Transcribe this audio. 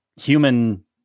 human